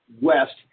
west